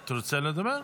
אתה רוצה לדבר?